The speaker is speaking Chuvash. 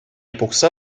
пухса